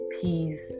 peace